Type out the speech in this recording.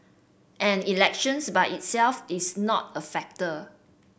and elections by itself is not a factor